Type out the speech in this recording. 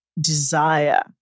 desire